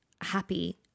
happy